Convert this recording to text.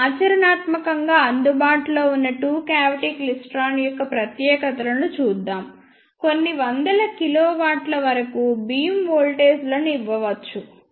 ఇప్పుడు ఆచరణాత్మకంగా అందుబాటులో ఉన్న టూ క్యావిటి క్లైస్ట్రాన్ల యొక్క ప్రత్యేకతలను చూద్దాం కొన్ని వందల కిలోవాల్ట్ల వరకు బీమ్ వోల్టేజ్లను ఇవ్వవచ్చు